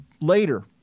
later